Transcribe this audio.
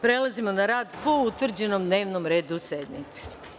Prelazimo na rad po utvrđenom dnevnom redu sednice.